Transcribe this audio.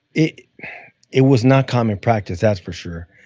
it it was not common practice. that's for sure.